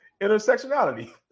intersectionality